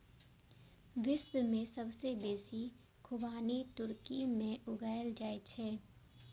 विश्व मे सबसं बेसी खुबानी तुर्की मे उगायल जाए छै